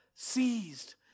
seized